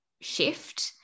shift